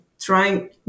trying